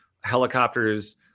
helicopters